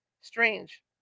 Strange